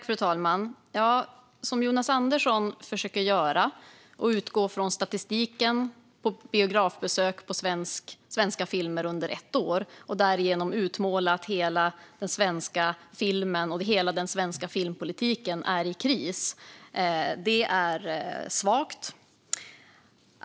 Fru talman! Jonas Andersson försöker, genom att utgå från statistiken över biografbesök gällande svenska filmer under ett år, utmåla det som att hela den svenska filmen och den svenska filmpolitiken är i kris. Detta är svagt.